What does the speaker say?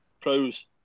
pros